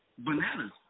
Bananas